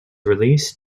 released